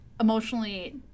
emotionally